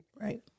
Right